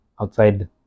outside